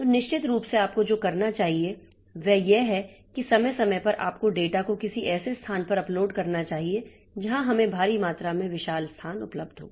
तो निश्चित रूप से आपको जो करना चाहिए वह यह है कि समय समय पर आपको डेटा को किसी ऐसे स्थान पर अपलोड करना चाहिए जहां हमें भारी मात्रा में विशाल स्थान उपलब्ध हो